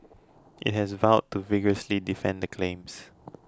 it has vowed to vigorously defend the claims